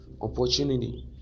opportunity